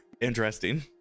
Interesting